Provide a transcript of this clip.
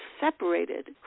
separated